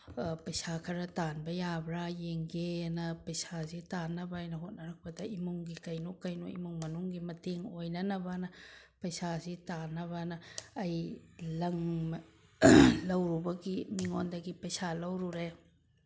ꯄꯩꯁꯥ ꯈꯔ ꯇꯥꯟꯕ ꯌꯥꯕ꯭ꯔꯥ ꯌꯦꯡꯒꯦꯅ ꯄꯩꯁꯥꯁꯦ ꯇꯥꯟꯅꯕ ꯑꯩꯅ ꯍꯣꯠꯅꯔꯛꯄꯗ ꯏꯃꯨꯡꯒꯤ ꯀꯩꯅꯣ ꯀꯩꯅꯣ ꯏꯃꯨꯡ ꯃꯅꯨꯡꯒꯤ ꯃꯇꯦꯡ ꯑꯣꯏꯅꯅꯕꯅ ꯄꯩꯁꯥꯁꯤ ꯇꯥꯟꯅꯕꯅ ꯑꯩ ꯂꯪ ꯂꯧꯔꯨꯕꯒꯤ ꯃꯤꯉꯣꯟꯗꯒꯤ ꯄꯩꯁꯥ ꯂꯧꯔꯨꯔꯦ